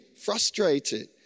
frustrated